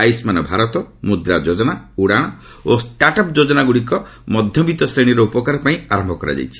ଆୟୁଷ୍ମାନ୍ ଭାରତ ମୁଦ୍ରା ଯୋଜନା ଉଡାଣ ଓ ଷ୍ଟାର୍ଟ୍ଅପ୍ ଯୋଜନାଗୁଡ଼ିକ ମଧ୍ୟବିଭ ଶ୍ରେଣୀର ଉପକାର ପାଇଁ ଆରମ୍ଭ କରାଯାଇଛି